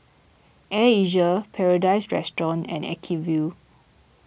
Air Asia Paradise Restaurant and Acuvue